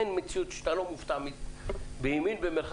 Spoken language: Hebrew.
אין מציאות שאתה לא מופתע בימין ובמרחק